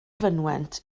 fynwent